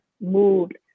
moved